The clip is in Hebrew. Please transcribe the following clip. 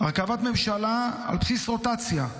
הרכבת ממשלה על בסיס רוטציה,